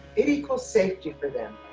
it equals safety for them.